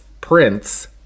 prince